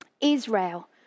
Israel